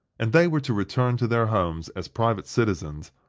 and they were to return to their homes as private citizens,